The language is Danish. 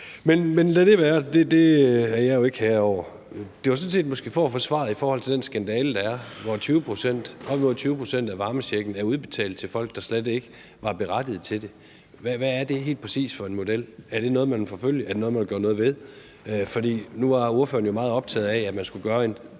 Men lad det være – det er jeg jo ikke herre over. Jeg spurgte sådan set for at få svar i forhold til den skandale, der er, hvor op imod 20 pct. af de varmecheck, der er udbetalt, har været til folk, der slet ikke var berettiget til det. Hvad er det helt præcis for en model? Er det noget, man vil forfølge? Er det noget, man vil gøre noget ved? For nu var ordføreren jo meget optaget af, at man skulle gøre